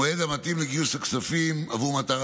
המועד המתאים לגיוס הכספים עבור מטרה